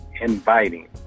inviting